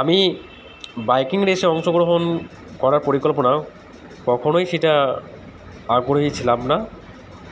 আমি বাইকিং রেসে অংশগ্রহণ করার পরিকল্পনা কখনোই সেটা আগ্রহী ছিলাম না